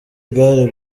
igare